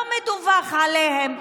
לא מדווח עליהם,